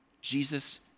Jesus